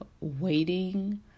waiting